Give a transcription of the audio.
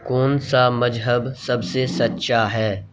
کون سا مذہب سب سے سچا ہے